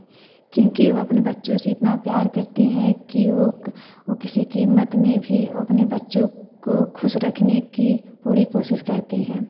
क्योंकि वह अपने बच्चों से इतना प्यार करती है कि वह वह किसी कीमत में भी वह अपने बच्चों को खुश रखने की पूरी कोशिश करती है